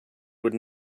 would